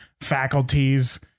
faculties